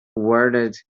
wandered